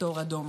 כפתור אדום.